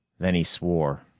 then he swore.